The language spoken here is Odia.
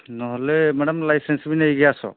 ନହେଲେ ମ୍ୟାଡ଼ାମ୍ ଲାଇସେନ୍ସ ବି ନେଇକି ଆସ